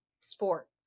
sport